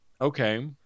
Okay